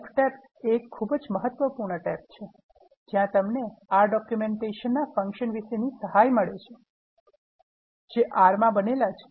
Help tab એક ખૂબ જ મહત્વપૂર્ણ છે જ્યાં તમને R Documentation ના Functions વિષેની સહાય મેળવી શકો છો જે R મા બનેલા છે